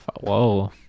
whoa